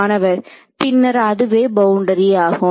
மாணவர் பின்னர் அதுவே பவுண்டரி ஆகும்